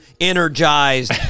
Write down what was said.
energized